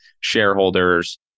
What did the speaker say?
shareholders